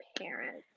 parents